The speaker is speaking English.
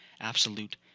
absolute